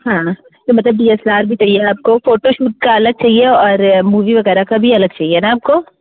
हाँ तो मतलब डी एस एल आर भी चाहिए आपको फोटोशूट का अलग चाहिए और मूवी वगैरह का अलग चाहिए न आपको